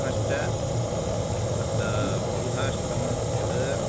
पुनश्च तत्र बहुधा श्रुतं यत्